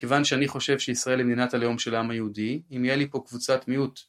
כיוון שאני חושב שישראל היא מדינת הלאום של העם היהודי, אם יהיה לי פה קבוצת מיעוט